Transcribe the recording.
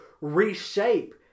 reshape